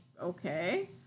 okay